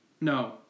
no